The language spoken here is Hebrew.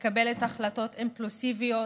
מקבלת החלטות אימפולסיביות